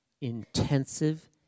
intensive